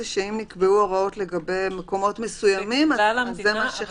הוא שאם נקבעו הוראות לגבי מקומות מסוימים זה מה שחל.